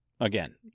Again